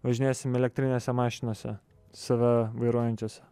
važinėsim elektrinėse mašinose save vairuojančiose